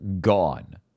gone